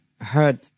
heard